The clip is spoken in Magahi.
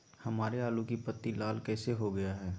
हमारे आलू की पत्ती लाल कैसे हो गया है?